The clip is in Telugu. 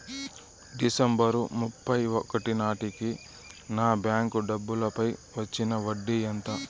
డిసెంబరు ముప్పై ఒకటి నాటేకి నా బ్యాంకు డబ్బుల పై వచ్చిన వడ్డీ ఎంత?